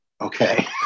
Okay